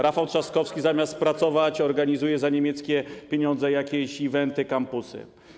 Rafał Trzaskowski, zamiast pracować, organizuje za niemieckie pieniądze jakieś eventy, campusy.